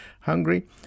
Hungary